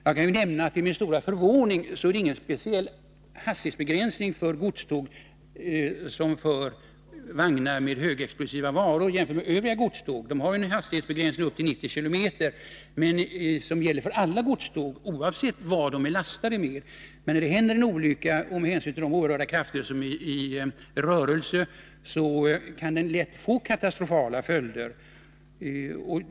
Jag kan nämna att det till min stora förvåning inte är någon speciell hastighetsbegränsning för godståg som för vagnar med högexplosiva varor jämfört med för övriga godståg. En hastighetsbegränsning till 90 km gäller för alla godståg, oavsett vad de är lastade med. Men när det händer en olycka kan den lätt få katastrofala följder, med hänsyn till de oerhörda krafter som är i rörelse.